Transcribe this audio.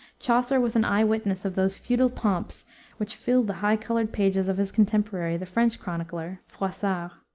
chaucer was an eye-witness of those feudal pomps which fill the high-colored pages of his contemporary, the french chronicler, froissart.